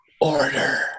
order